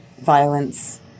violence